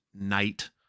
night